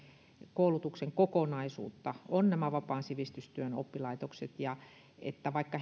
koulutuksen kokonaisuutta on nämä vapaan sivistystyön oppilaitokset ja että vaikka